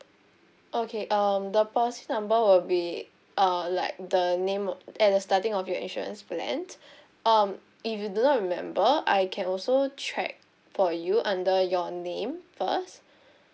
okay um the policy number will be uh like the name on at the starting of your insurance plans um if you do not remember I can also check for you under your name first